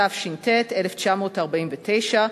התש"ט 1949,